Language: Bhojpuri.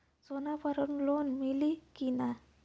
सोना पर लोन मिली की ना?